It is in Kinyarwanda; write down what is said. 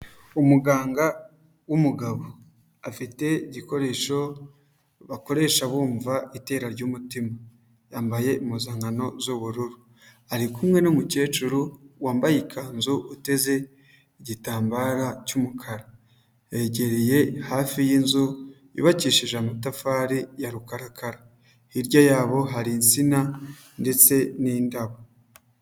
Umuganga w'umugabo, afite igikoresho bakoresha bumva itara ry'umutima, yambaye impozankano z'ubururu, ari kumwe n'umukecuru wambaye ikanzu uteze igitambaro cy'umukara, begereye hafi y'inzu yubakishije amatafari ya rukarakara, hirya yabo hari insina ndetse n'indabo.